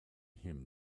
him